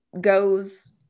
goes